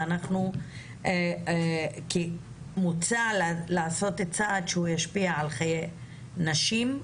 כי מוצע לעשות צעד שישפיע על חיי נשים.